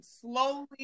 slowly